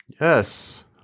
Yes